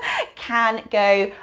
can go,